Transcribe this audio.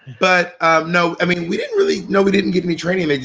but no, i mean, we didn't really know. we didn't get any training.